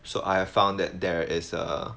so I have found that there is a